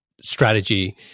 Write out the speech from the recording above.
Strategy